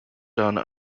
done